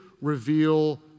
reveal